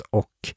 och